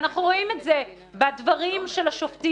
ואנחנו רואים את זה בדברים של השופטים.